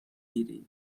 گیری